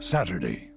Saturday